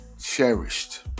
cherished